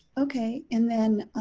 okay, and then